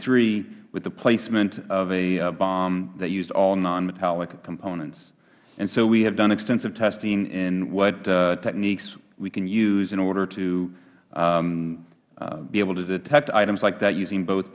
three with the placement of a bomb that used all nonmetallic components so we have done extensive testing in what techniques we can use in order to be able to detect items like that using both